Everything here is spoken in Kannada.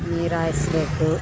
ನೀರು ಹಾಯಿಸ್ಬೇಕು